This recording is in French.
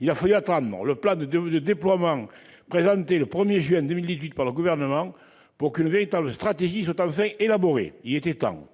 Il a fallu attendre le plan de déploiement présenté le 1 juin dernier par le Gouvernement pour qu'une véritable stratégie soit enfin élaborée. Il était temps